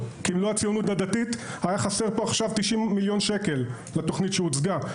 כי אם לא הציונות הדתית היה חסר פה עכשיו 90 מיליון שקל לתכנית שהוצגה.